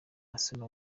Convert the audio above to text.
arsene